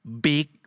big